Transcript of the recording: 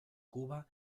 cuba